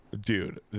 Dude